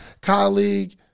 colleague